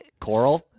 Coral